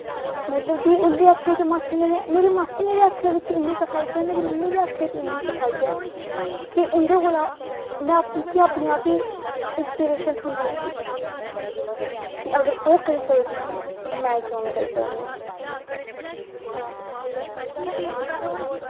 मतलब की उं'दे हत्थें च मेरी मासियें दे हत्थें च इ'न्नी सफाई ऐ मेरी मासियें दे हत्थें बिच्च इ'न्नी सफाई ऐ कि उं'दे कोला दा में अपने आप गी इंस्पिरिशन थ्होंदी उं'दी कि अगर ओह् करी सकदियां न में क्यों निं करी सकदी